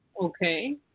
Okay